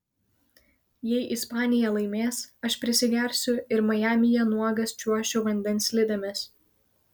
jei ispanija laimės aš prisigersiu ir majamyje nuogas čiuošiu vandens slidėmis